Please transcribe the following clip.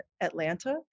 Atlanta